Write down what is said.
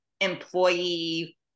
employee